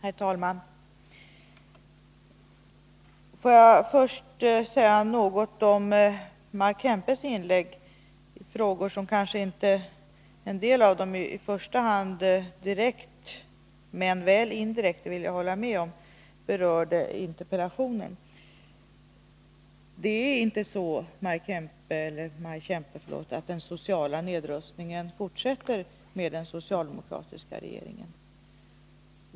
Herr talman! Får jag först säga något om Maj Kempes inlägg i frågor av vilka en del kanske inte i första hand direkt men väl indirekt — det vill jag hålla med om — berörde interpellationen. Det är inte så, Maj Kempe, att den sociala nedrustningen fortsätter med den socialdemokratiska regeringen.